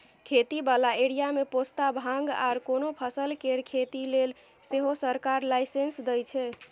खेती बला एरिया मे पोस्ता, भांग आर कोनो फसल केर खेती लेले सेहो सरकार लाइसेंस दइ छै